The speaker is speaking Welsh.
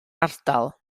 ardal